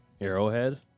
Arrowhead